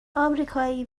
امریکایی